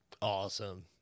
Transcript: awesome